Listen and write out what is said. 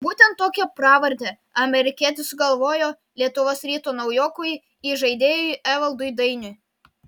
būtent tokią pravardę amerikietis sugalvojo lietuvos ryto naujokui įžaidėjui evaldui dainiui